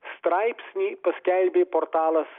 straipsnį paskelbė portalas